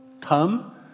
Come